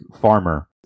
Farmer